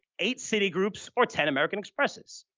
eight city groups or ten american expresses.